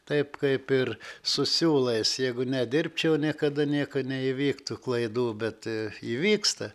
taip kaip ir su siūlais jeigu nedirbčiau niekada nieko neįvyktų klaidų bet įvyksta